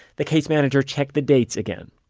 the case manager checked the dates again.